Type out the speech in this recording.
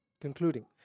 concluding